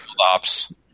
Ops